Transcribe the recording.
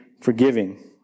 forgiving